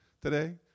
Today